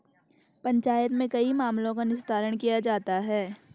पंचायत में कई मामलों का निस्तारण किया जाता हैं